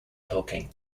talking